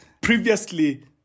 previously